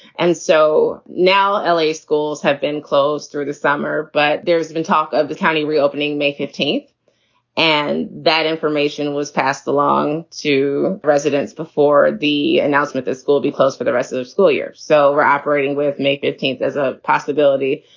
and so now l a. schools have been closed through the summer, but there's been talk of the county reopening may fifteenth and that information was passed along to residents before the announcement that school will for the rest of the school year. so we're operating with may fifteenth as a possibility,